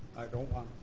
i don't want